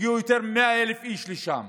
והגיעו יותר מ-100,000 איש לשם.